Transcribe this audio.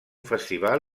festival